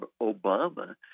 Obama